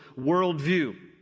worldview